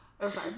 Okay